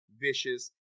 vicious